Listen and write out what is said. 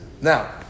Now